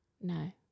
no